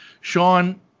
Sean